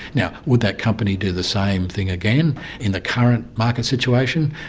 now, would that company do the same thing again in the current market situation?